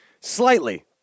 Slightly